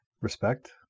Respect